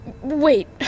Wait